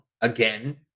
again